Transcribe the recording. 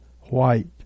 white